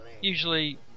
Usually